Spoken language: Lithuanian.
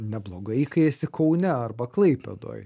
neblogai kai esi kaune arba klaipėdoj